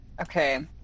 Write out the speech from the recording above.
Okay